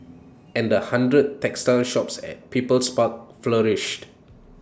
and the hundred textile shops at people's park flourished